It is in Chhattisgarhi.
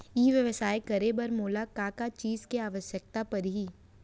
ई व्यवसाय करे बर मोला का का चीज के आवश्यकता परही?